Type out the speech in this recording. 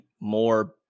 more